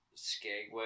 Skagway